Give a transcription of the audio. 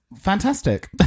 Fantastic